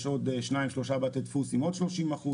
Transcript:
יש עוד שניים-שלושה בתי דפוס עם עוד 30 אחוזים.